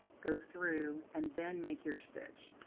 go through, and then make your stitch.